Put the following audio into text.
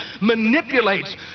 manipulates